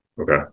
Okay